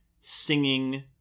singing